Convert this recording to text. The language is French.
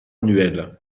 annuelle